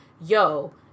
yo